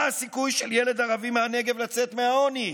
מה הסיכוי של ילד ערבי מהנגב לצאת מהעוני?